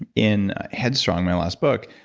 in headstrong, my last book,